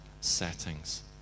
settings